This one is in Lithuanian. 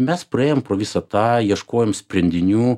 mes praėjom pro visą tą ieškojom sprendinių